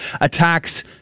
Attacks